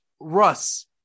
Russ